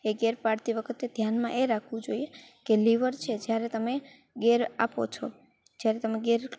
એ gear પાડતી વખતે ધ્યાનમાં એ રાખવું જોઈએ કે લીવર છે જ્યારે તમે ગેર આપો છો જ્યારે તમે ગેર